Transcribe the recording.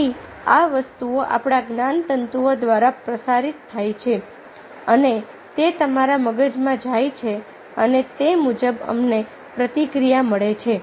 પછી આ વસ્તુઓ આપણા જ્ઞાનતંતુઓ દ્વારા પ્રસારિત થાય છે અને તે તમારા મગજમાં જાય છે અને તે મુજબ અમને પ્રતિક્રિયા મળે છે